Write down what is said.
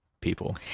people